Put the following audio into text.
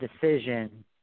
decision